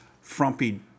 frumpy